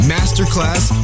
Masterclass